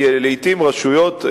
כי לעתים רשויות,